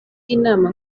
inama